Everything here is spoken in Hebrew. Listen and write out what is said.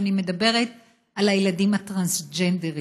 ואני מדברת על הילדים הטרנסג'נדרים.